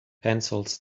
pencils